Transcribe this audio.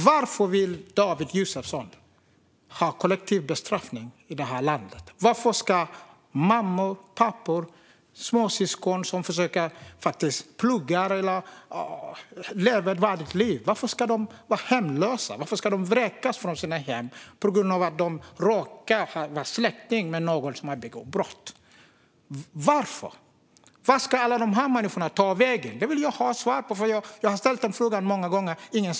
Varför vill David Josefsson ha kollektiv bestraffning i det här landet? Varför ska mammor, pappor eller småsyskon som kanske pluggar eller bara lever ett vanligt liv bli hemlösa? Varför ska de vräkas från sina hem på grund av att de råkar vara släkt med någon som har begått brott? Vart ska alla dessa människor ta vägen? Det vill jag ha svar på. Jag har ställt den frågan många gånger.